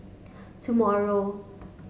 tomorrow